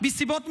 מסיבות מוצדקות,